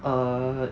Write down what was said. err